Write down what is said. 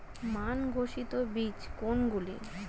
মান ঘোষিত বীজ কোনগুলি?